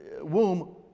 womb